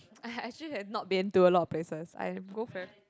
I actually have not been to a lot of places I am go friend